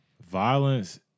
Violence